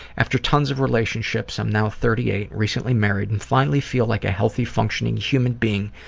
after tons of relationships i'm now thirty eight, recently married, and finally feel like a healthy functioning human being,